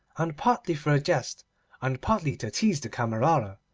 and partly for a jest and partly to tease the camerera,